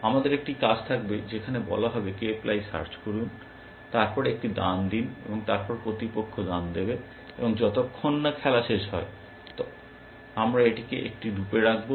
আমাদের একটি কাজ থাকবে যেখানে বলা হবে k প্লাই সার্চ করুন এবং তারপরে একটি দান দিন এবং তারপরে প্রতিপক্ষ দান দেবে এবং যতক্ষণ না খেলা শেষ হয় আমরা এটিকে একটি লুপে রাখব